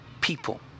people